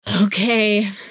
Okay